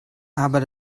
aber